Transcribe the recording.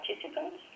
participants